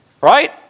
Right